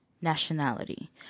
nationality